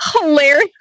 hilarious